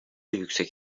yüksek